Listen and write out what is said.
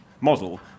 model